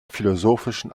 philosophischen